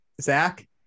Zach